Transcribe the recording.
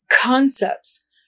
concepts